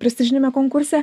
prestižiniame konkurse